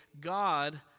God